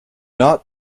not